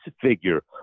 figure